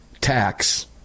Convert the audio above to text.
tax